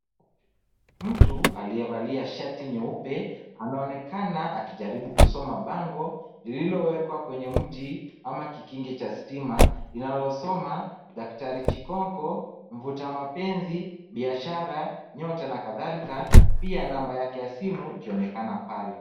Mtu aliyevalia shati nyeupe anaonekana akijaribu kusoma bango lililowekwa kwenye mti ama kikingi cha stima linalosoma; Daktari Chikonko mvuta mapenzi, biashara, nyota na kadhalika. Pia namba yake ya simu ikionekana pale.